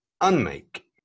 unmake